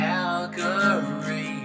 Calgary